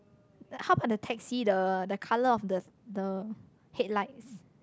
how about the taxi the the color of the the headlight